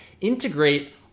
integrate